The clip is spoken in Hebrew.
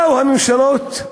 באו הממשלות,